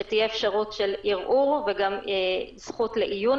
שתהיה אפשרות ערעור וגם זכות לעיון